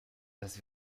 das